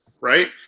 right